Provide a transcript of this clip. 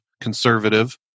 conservative